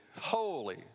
holy